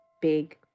big